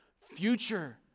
future